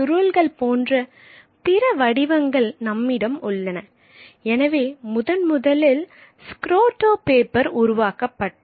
சுருள்கள் போன்ற பிற வடிவங்கள் நம்மிடம் உள்ளன எனவே முதன் முதலில் ஸ்கிரோட்டோ பேப்பர் உருவாக்கப்பட்டது